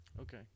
Okay